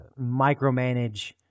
micromanage